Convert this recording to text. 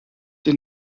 die